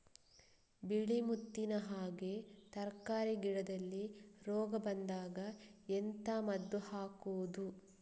ಬಿಳಿ ಮುತ್ತಿನ ಹಾಗೆ ತರ್ಕಾರಿ ಗಿಡದಲ್ಲಿ ರೋಗ ಬಂದಾಗ ಎಂತ ಮದ್ದು ಹಾಕುವುದು?